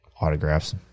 autographs